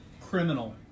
Criminal